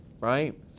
right